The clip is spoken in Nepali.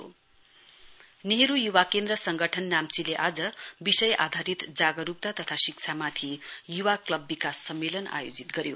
youth club convention Nehru Yuva Kendra Sangathan नाम्चीले आज विषय आधारित जागरूकता तथा शिक्षामाथि युवा क्लब विकास सम्मेलन आयोजित गर्यो